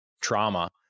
trauma